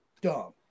dumb